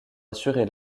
assurer